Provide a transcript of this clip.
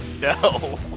no